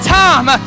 time